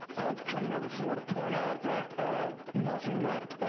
i've come here before to point out that ah nothing that